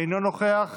אינו נוכח,